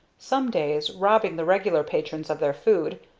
some days, robbing the regular patrons of their food,